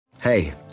hey